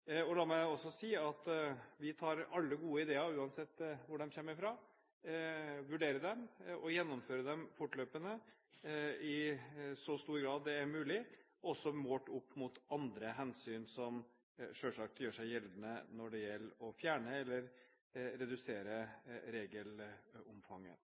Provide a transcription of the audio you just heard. det. La meg også si at vi tar imot alle gode ideer, uansett hvor de kommer fra, vurderer dem og gjennomfører dem fortløpende i så stor grad som mulig, også målt opp mot andre hensyn, som selvsagt gjør seg gjeldende når det gjelder å fjerne eller